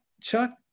Chuck